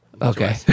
Okay